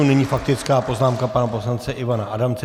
Nyní faktická poznámka pana poslance Ivana Adamce.